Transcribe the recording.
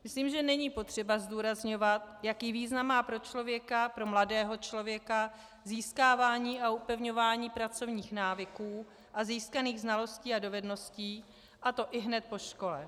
Myslím, že není potřeba zdůrazňovat, jaký význam má pro člověka, pro mladého člověka, získávání a upevňování pracovních návyků a získaných znalostí a dovedností, a to ihned po škole.